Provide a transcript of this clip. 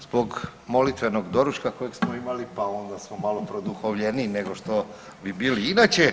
zbog molitvenog doručka kojeg smo imali, pa onda smo malo produhovljeniji nego što bi bili inače.